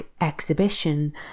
exhibition